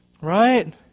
Right